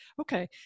okay